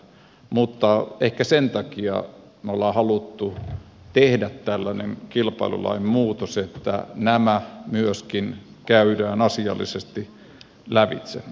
mutta ehkä sen takia me olemme halunneet tehdä tällaisen kilpailulain muutoksen että nämä myöskin käydään asiallisesti lävitse